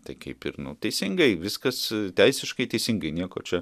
tai kaip ir nu teisingai viskas teisiškai teisingai nieko čia